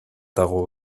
дагуу